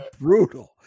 brutal